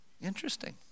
Interesting